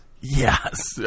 Yes